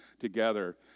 together